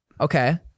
Okay